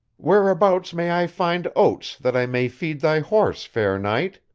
whereabouts may i find oats that i may feed thy horse, fair knight?